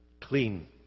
clean